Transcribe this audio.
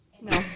no